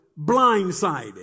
blindsided